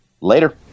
Later